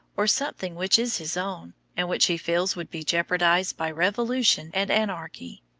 or something which is his own, and which he feels would be jeopardized by revolution and anarchy.